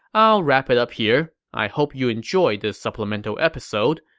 i'll wrap it up here. i hope you enjoyed this supplemental episode,